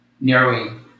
narrowing